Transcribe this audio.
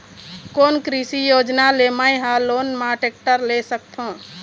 कोन कृषि योजना ले मैं हा लोन मा टेक्टर ले सकथों?